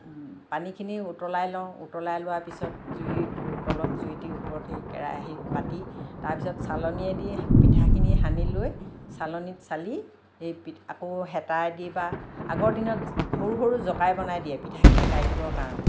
পানীখিনি উতলাই লওঁ উতলাই লোৱা পিছত জুই তলত জুই দি ওপৰত সেই কেৰাহী পাতি তাৰপিছত চালনীয়েদি পিঠাখিনি সানি লৈ চালনীত চালি সেই আকৌ হেতায়েদি বা আগৰ দিনত সৰু সৰু জকাই বনাই দিয়ে পিঠাখিনি কাঢ়িবৰ কাৰণে